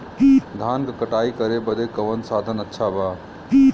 धान क कटाई करे बदे कवन साधन अच्छा बा?